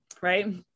right